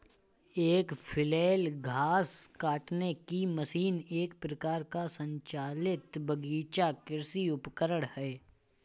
एक फ्लैल घास काटने की मशीन एक प्रकार का संचालित बगीचा कृषि उपकरण है